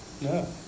No